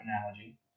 analogy